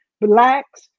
blacks